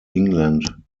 england